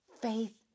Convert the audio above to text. Faith